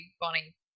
Bonnie